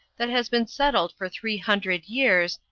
that has been settled for three hundred years,